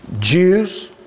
Jews